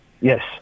Yes